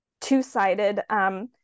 two-sided